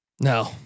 No